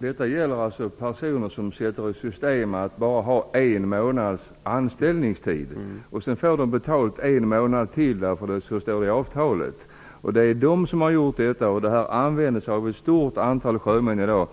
Herr talman! Det gäller alltså personer som sätter i system att bara ha en månads anställningstid. Sedan får de betalt för en månad till, därför att det står så i avtalet. Detta system tillämpas av ett stort antal sjömän i dag.